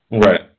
Right